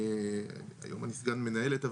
היום אני סגן מנהלת,